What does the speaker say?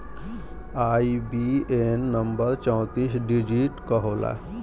IBAN number चौतीस digit क होला